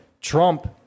Trump